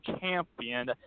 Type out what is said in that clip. Champion